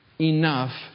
enough